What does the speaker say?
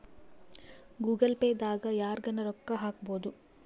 Google Pay ದಾಗ ಯರ್ಗನ ರೊಕ್ಕ ಹಕ್ಬೊದು